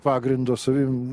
pagrindo savim